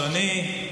אדוני.